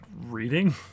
reading